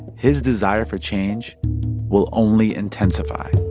his desire for change will only intensify